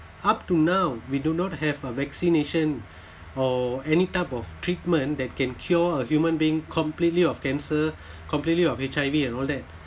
up to now we do not have a vaccination or any type of treatment that can cure a human being completely of cancer completely of H_I_V and all that